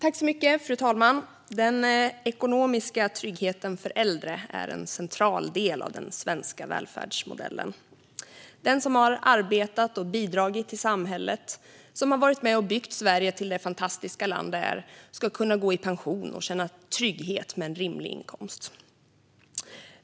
Fru talman! Den ekonomiska tryggheten för äldre är en central del av den svenska välfärdsmodellen. Den som har arbetat och bidragit till samhället och varit med och byggt Sverige till det fantastiska land det är ska kunna gå i pension och känna trygghet med en rimlig inkomst.